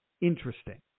interesting